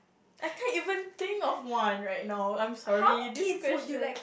I can't even think of one right now I'm sorry this question